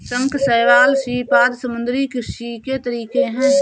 शंख, शैवाल, सीप आदि समुद्री कृषि के तरीके है